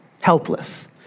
Helpless